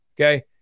Okay